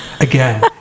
Again